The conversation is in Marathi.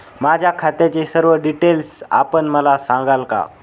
माझ्या खात्याचे सर्व डिटेल्स आपण मला सांगाल का?